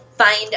Find